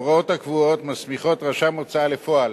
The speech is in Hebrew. ההוראות הקבועות מסמיכות רשם הוצאה לפועל